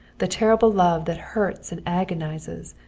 the terrible love that hurts and agonizes,